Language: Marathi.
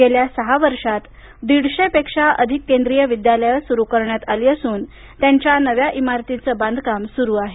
गेल्या सहा वर्षात दीडशेपेक्षा अधिक केंद्रीय विद्यालयं सुरू करण्यात आली असून त्यांच्या इमारतीचं बांधकाम सुरू आहे